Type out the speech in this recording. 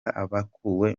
abakuwe